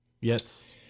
Yes